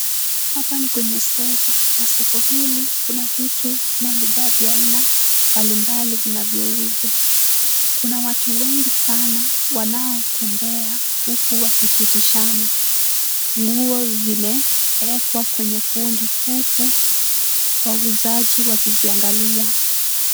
Hapa ni kwenye soko na soko hili kuna vitu ama bidhaa vya aina mbalimbali vinavyouzwa, kuna watu wengi sana wanaotembea huku wakipitishana, nguo zimeekwa kwenye kundi, huku wauzaji wakiziangalia.